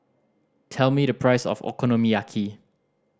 tell me the price of Okonomiyaki